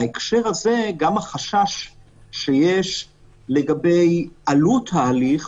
בהקשר הזה גם החשש שיש לגבי עלות ההליך